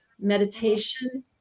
meditation